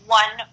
one